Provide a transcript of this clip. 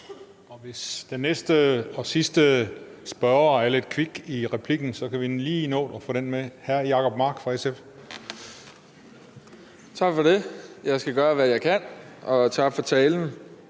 Hvis den næste og sidste spørger er lidt kvik i replikken, kan vi lige nu at få ham med. Hr. Jacob Mark fra SF. Kl. 19:44 Jacob Mark (SF): Tak for det. Jeg skal gøre, hvad jeg kan, og tak for talen.